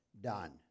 done